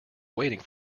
waiting